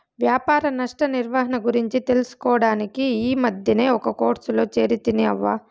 వ్యాపార నష్ట నిర్వహణ గురించి తెలుసుకోడానికి ఈ మద్దినే ఒక కోర్సులో చేరితిని అవ్వా